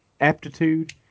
aptitude